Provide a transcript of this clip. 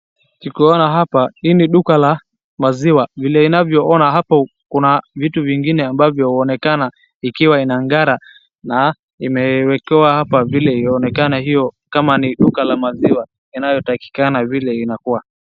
Tukiona hapa hii ni duka la maziwa vile inavyoona hapo kuna vitu vingine ambavyo huonekana ikiwa inang'ara na imewekewa hapa vile inaonekana hiyo kama ni duka la maziwa inayotakikana vile inakuwa.